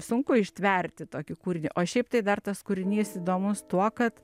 sunku ištverti tokį kūrinį o šiaip tai dar tas kūrinys įdomus tuo kad